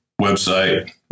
website